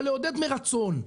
אבל לעודד מרצון,